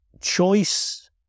Choice